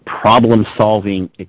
problem-solving